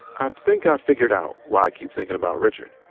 i think i figured out why i keep thinking about richard.